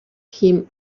him